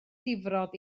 difrod